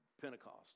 Pentecost